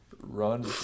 run